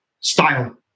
style